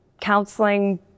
counseling